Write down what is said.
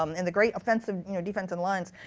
um and the great offensive defensive lines,